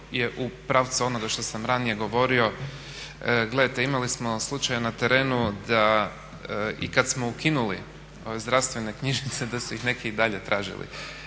u pravcu onoga što sam ranije govorio. Gledajte, imali smo slučajeve na terenu da i kad smo ukinuli zdravstvene knjižice da su ih neki i dalje tražili,